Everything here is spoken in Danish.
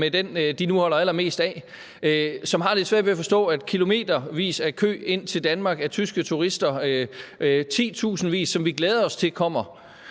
med den, de nu holder allermest af, og som har lidt svært ved at forstå, at kilometervis af kø ind til Danmark af tyske turister i titusindvis, som vi glæder os til kommer,